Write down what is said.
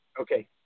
Okay